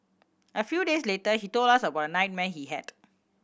a few days later he told us about a nightmare he had